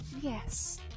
Yes